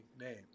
name